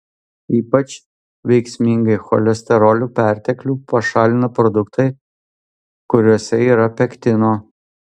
ypač veiksmingai cholesterolio perteklių pašalina produktai kuriuose yra pektino